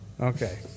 Okay